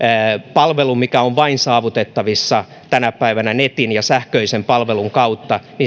palvelun mikä on saavutettavissa tänä päivänä vain netin ja sähköisen palvelun kautta